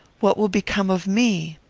what will become of me?